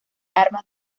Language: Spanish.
armas